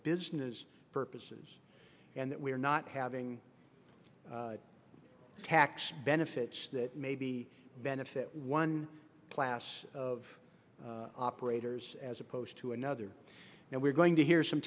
business purposes and that we're not having the tax benefits that maybe benefit one class of operators as opposed to another and we're going to hear some